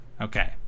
Okay